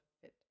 fit